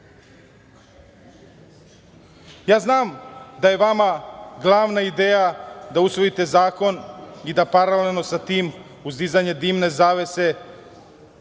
Born. Znam da je vama glavna ideja da usvojite zakon i da paralelno sa tim, uz dizanje dimne zavese,